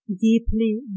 deeply